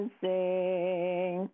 sing